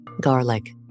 Garlic